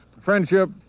friendship